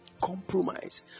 Compromise